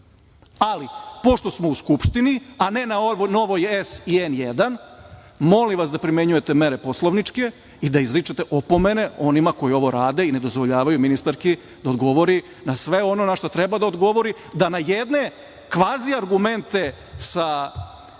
Ali, pošto smo u Skupštini, a ne na Novoj S i N1, molim vas da primenjuje poslovničke mere i da izričete opomene onima koji ovo rade i ne dozvoljavaju ministarki da odgovori na sve ono na šta treba da odgovori, da na jedne kvazi argumente sa